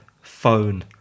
phone